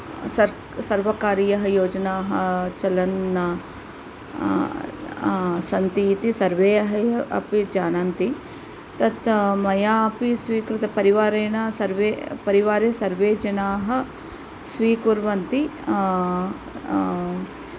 sir सर्वकारीयाः योजानाः चलन् सन्ति इति सर्वे अपि जानन्ति तत् मया अपि स्विकृतं परिवारेण सर्वे परिवारे सर्वे जनाः स्वीकुर्वन्ति